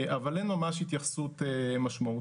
אבל אין ממש התייחסות משמעותית.